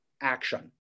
action